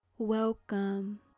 welcome